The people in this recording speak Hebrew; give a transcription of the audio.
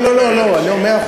לא, אני יודע.